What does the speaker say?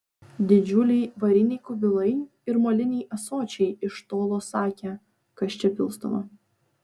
didžiuliai variniai kubilai ir moliniai ąsočiai iš tolo sakė kas čia pilstoma